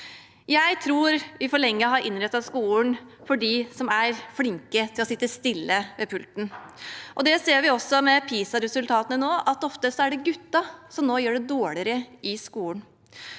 Jeg tror vi for lenge har innrettet skolen for dem som er flinke til å sitte stille ved pulten. Det ser vi også med PISA-resultatene nå; det er ofte guttene som gjør det dårligere i skolen.